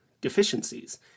deficiencies